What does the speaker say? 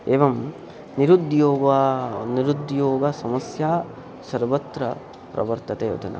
एवं निरुद्योगः निरुद्योगसमस्या सर्वत्र प्रवर्तते अधुना